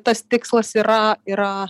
tas tikslas yra yra